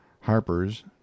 Harper's